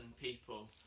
people